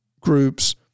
groups